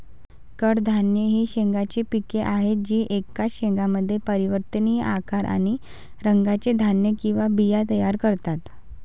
कडधान्ये ही शेंगांची पिके आहेत जी एकाच शेंगामध्ये परिवर्तनीय आकार आणि रंगाचे धान्य किंवा बिया तयार करतात